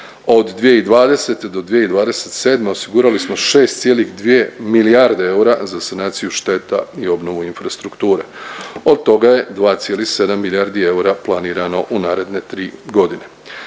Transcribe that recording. Od 2020. do 2027. osigurali smo 6,2 milijarde eura za sanaciju šteta i obnovu infrastrukture, od toga je 2,7 milijardi eura planirano u naredne 3.g..